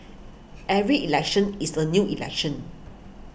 every election is a new election